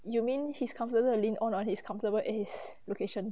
you mean he's comfortable to lean on on his comfortable ace location